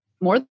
more